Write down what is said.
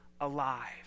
alive